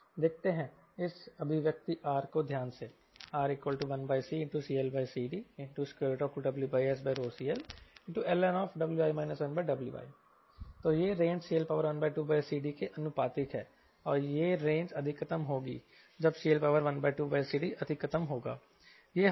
देखते हैं इस अभिव्यक्ति R को ध्यान से R1CCLCD2WSCLln Wi 1Wi तो यह रेंज CL12CDकेअनुपातिक है और यह रेंज अधिकतम होगी जब CL12CDअधिकतम होगा